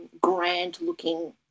grand-looking